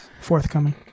forthcoming